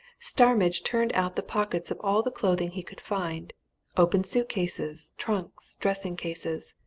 starmidge turned out the pockets of all the clothing he could find opened suit-cases, trunks, dressing-cases.